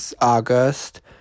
August